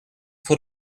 put